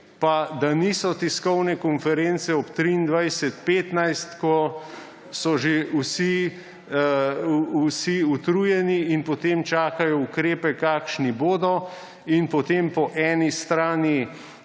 pa da niso tiskovne konference ob 23.15, ko so že vsi utrujeni in potem čakajo, kakšni bodo ukrepi. In potem po eni strani